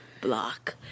block